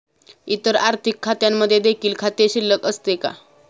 इतर आर्थिक खात्यांमध्ये देखील खाते शिल्लक असते का?